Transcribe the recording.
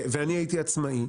הייתי עצמאי,